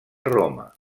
roma